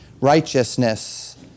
righteousness